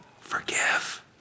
forgive